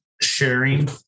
sharing